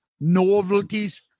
novelties